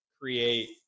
create